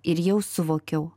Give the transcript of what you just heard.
ir jau suvokiau